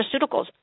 pharmaceuticals